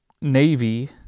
Navy